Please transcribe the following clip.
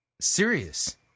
Serious